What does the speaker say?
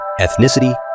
ethnicity